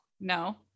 No